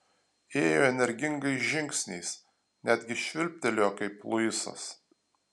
ėjo energingais žingsniais netgi švilptelėjo kaip luisas